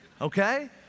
okay